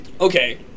Okay